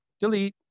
Delete